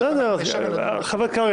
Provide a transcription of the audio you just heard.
אנחנו נשב ונדון --- חבר הכנסת קרעי,